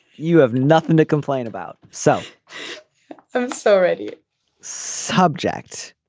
you have nothing to complain about so and it's already subject